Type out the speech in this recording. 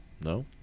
no